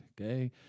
okay